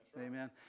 amen